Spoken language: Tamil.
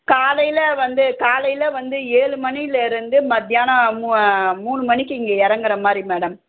காலையில் வந்து காலையில் வந்து ஏழு மணிலேருந்து மத்தியானம் மூ மூணு மணிக்கு இங்கே இறங்குற மாதிரி மேடம்